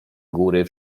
góry